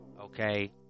okay